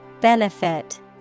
Benefit